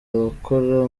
abakora